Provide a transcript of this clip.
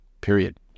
period